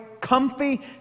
comfy